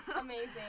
Amazing